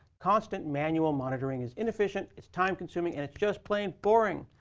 constant manual monitoring is inefficient, is time-consuming, and it's just plain boring.